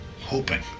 hoping